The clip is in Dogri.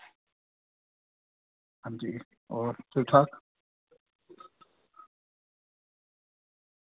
हां जी होर ठीक ठाक